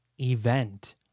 event